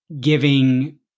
giving